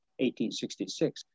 1866